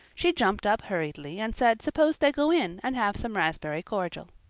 she jumped up hurriedly and said suppose they go in and have some raspberry cordial.